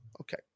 Okay